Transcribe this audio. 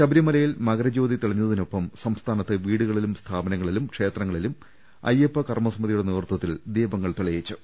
ശബരിമലയിൽ മകരജ്യോതി തെളിഞ്ഞതിനൊപ്പം സംസ്ഥാനത്ത് വീടുകളിലും സ്ഥാപനങ്ങളിലും ക്ഷേത്രങ്ങളിലും അയ്യപ്പ കർമ്മസ മിതിയുടെ നേതൃത്വത്തിൽ ദീപങ്ങൾ തെളിഞ്ഞു